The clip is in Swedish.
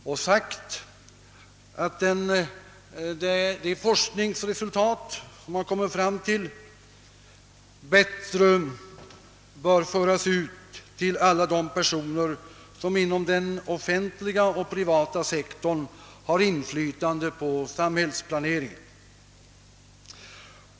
Vi har framhållit att de forskningsresultat som vinnes bör på ett effektivare sätt föras ut till alla dem som inom den offentliga och privata sektorn har inflytande på samhällsplaneringen.